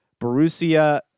Borussia